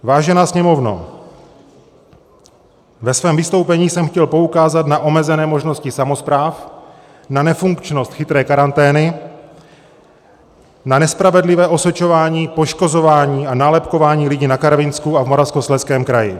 Vážená Sněmovno, ve svém vystoupení jsem chtěl poukázat na omezené možnosti samospráv, na nefunkčnost chytré karantény, na nespravedlivé osočování, poškozování a nálepkování lidí na Karvinsku a v Moravskoslezském kraji.